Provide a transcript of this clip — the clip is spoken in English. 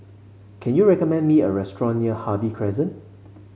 can you recommend me a restaurant near Harvey Crescent